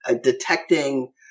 detecting